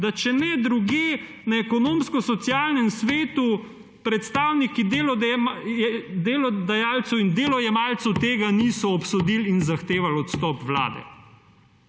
da če ne drugje na Ekonomsko-socialnem svetu predstavniki delodajalcev in delojemalcev tega niso obsodili in zahtevali odstop vlade.